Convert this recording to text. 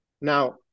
Now